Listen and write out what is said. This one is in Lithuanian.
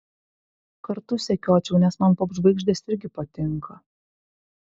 kartu sekiočiau nes man popžvaigždės irgi patinka